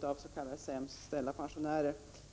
vad man kan kalla sämst ställda pensionärer.